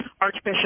Archbishop